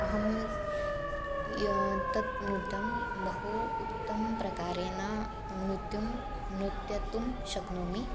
अहं या तत् नृत्यं बहु उत्तमप्रकारेण नृत्यं नर्तितुं शक्नोमि